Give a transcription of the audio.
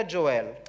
Joel